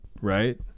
right